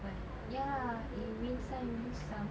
but ya you win some you lose some